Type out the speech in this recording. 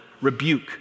rebuke